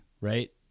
right